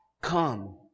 come